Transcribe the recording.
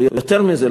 יותר מזה,